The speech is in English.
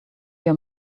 your